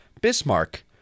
Bismarck